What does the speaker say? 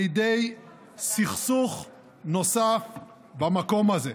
לידי סכסוך נוסף במקום הזה.